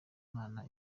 imana